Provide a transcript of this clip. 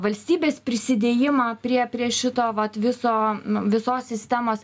valstybės prisidėjimą prie prie šito vat viso visos sistemos